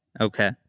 Okay